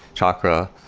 chakra,